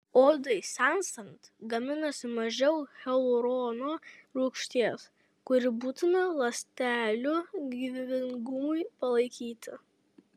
odai senstant gaminasi mažiau hialurono rūgšties kuri būtina ląstelių gyvybingumui palaikyti